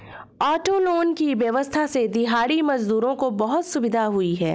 auto loan की व्यवस्था से दिहाड़ी मजदूरों को बहुत सुविधा हुई है